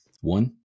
one